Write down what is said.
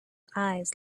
eyes